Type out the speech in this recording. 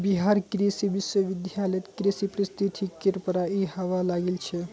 बिहार कृषि विश्वविद्यालयत कृषि पारिस्थितिकीर पढ़ाई हबा लागिल छ